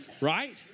Right